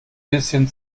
bisschen